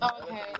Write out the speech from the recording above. Okay